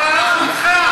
אבל אנחנו אתך.